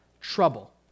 trouble